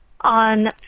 on